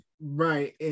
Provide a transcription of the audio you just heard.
Right